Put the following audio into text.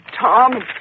Tom